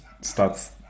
starts